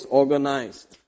organized